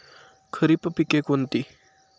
खरीप पिके कोणती?